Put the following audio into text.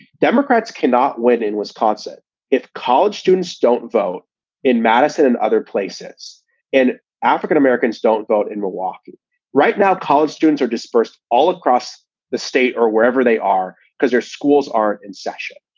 democrats cannot win in wisconsin if college students don't vote in madison and other places and african-americans don't vote in milwaukee right now, college students are dispersed all across the state or wherever they are because their schools are in session.